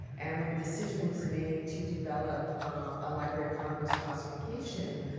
and when the decision was made to develop um a library of congress classification,